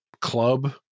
club